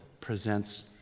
presents